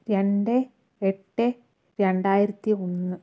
രണ്ട് എട്ട് രണ്ടായിരത്തി ഒന്ന്